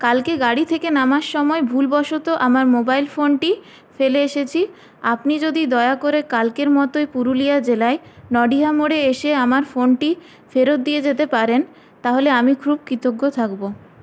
কালকে গাড়ি থেকে নামার সময় ভুলবশত আমার মোবাইল ফোনটি ফেলে এসেছি আপনি যদি দয়া করে কালকের মতোই পুরুলিয়া জেলায় নডিয়া মোরে এসে আমার ফোনটি ফেরত দিয়ে যেতে পারেন তাহলে আমি খুব কৃতজ্ঞ থাকব